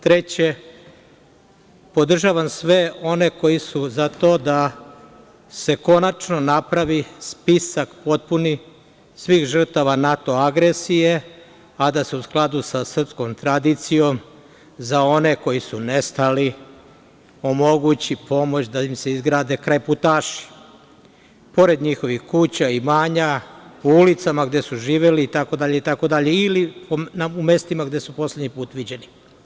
Treće, podržavam sve one koji su za to da se konačno napravi potpuni spisak svih žrtava NATO agresije, a da se u skladu sa srpskom tradicijom za one koji su nestali omogućiti pomoć da im se izgrade krajputaši, pored njihovih kuća i imanja, u ulicama gde su živeli ili u mestima gde su poslednji put viđeni.